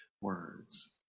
words